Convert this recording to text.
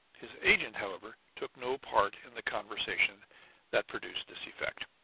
his agent, however, took no part in the conversation that produced this effect